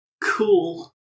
cool